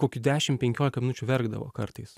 kokių dešim penkiolika minučių verkdavo kartais